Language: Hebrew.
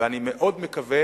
ואני מאוד מקווה